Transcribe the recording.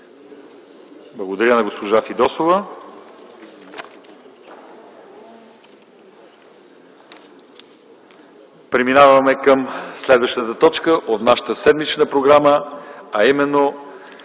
Благодаря на госпожа Фидосова. Преминаваме към следващата точка от нашата седмична програма: ПЪРВО